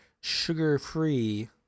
sugar-free